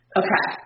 okay